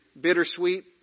bittersweet